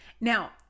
Now